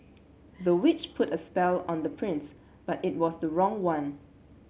the witch put a spell on the prince but it was the wrong one